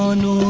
ah new